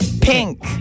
pink